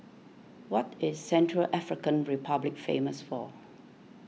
what is Central African Republic famous for